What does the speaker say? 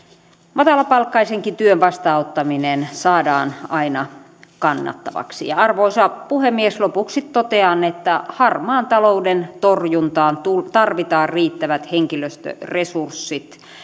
matalapalkkaisenkin työn vastaanottaminen saadaan aina kannattavaksi arvoisa puhemies lopuksi totean että harmaan talouden torjuntaan tarvitaan riittävät henkilöstöresurssit